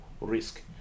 risk